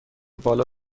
بالا